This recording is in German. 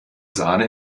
sahne